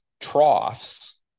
troughs